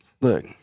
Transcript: look